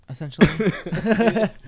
essentially